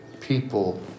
people